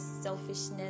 selfishness